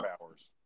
powers